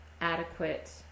adequate